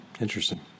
Interesting